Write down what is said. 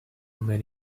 men